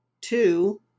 Two